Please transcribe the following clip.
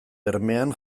bermean